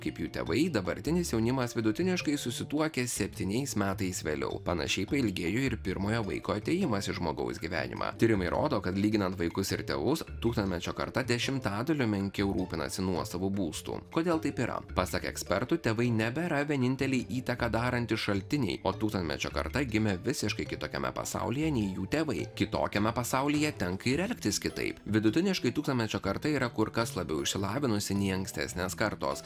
kaip jų tėvai dabartinis jaunimas vidutiniškai susituokia septyniais metais vėliau panašiai pailgėjo ir pirmojo vaiko atėjimas į žmogaus gyvenimą tyrimai rodo kad lyginant vaikus ir tėvus tūkstantmečio karta dešimtadaliu menkiau rūpinasi nuosavu būstu kodėl taip yra pasak ekspertų tėvai nebėra vieninteliai įtaką darantys šaltiniai o tūkstantmečio karta gimė visiškai kitokiame pasaulyje nei jų tėvai kitokiame pasaulyje tenka ir elgtis kitaip vidutiniškai tūkstantmečio karta yra kur kas labiau išsilavinusi nei ankstesnės kartos